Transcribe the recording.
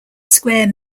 square